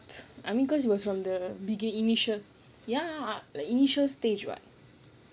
yup I mean because it was from the begin initial ya like initial stage [what]